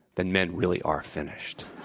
then men really are finished.